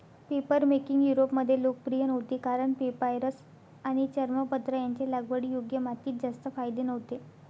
papermaking युरोपमध्ये लोकप्रिय नव्हती कारण पेपायरस आणि चर्मपत्र यांचे लागवडीयोग्य मातीत जास्त फायदे नव्हते